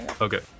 Okay